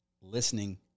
listening